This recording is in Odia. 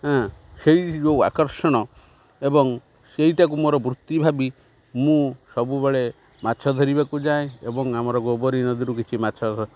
ଆଁ ସେଇ ଯେଉଁ ଆକର୍ଷଣ ଏବଂ ସେଇଟାକୁ ମୋର ବୃତ୍ତି ଭାବି ମୁଁ ସବୁବେଳେ ମାଛ ଧରିବାକୁ ଯାଏ ଏବଂ ଆମର ଗୋବରୀ ନଦୀରୁ କିଛି ମାଛ